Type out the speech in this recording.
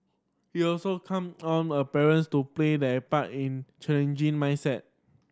he also come on a parents to play their part in changing mindset